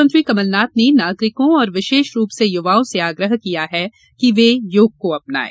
मुख्यमंत्री कमलनाथ ने नागरिकों और विशेष रूप से युवाओं से आग्रह किया है कि वे योग को अपनायें